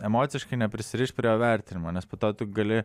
emociškai neprisirišt prie jo vertinimo nes po to tu gali